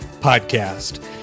Podcast